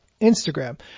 Instagram